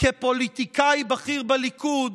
כפוליטיקאי בכיר בליכוד